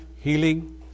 healing